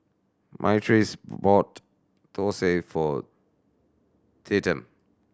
Myrtice bought thosai for Tatum